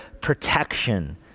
protection